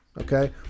Okay